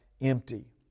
empty